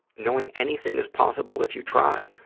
knowing anything is possible if you try,